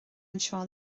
anseo